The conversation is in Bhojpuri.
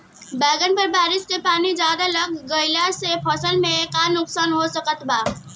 बैंगन पर बारिश के पानी ज्यादा लग गईला से फसल में का नुकसान हो सकत बा?